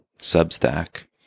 Substack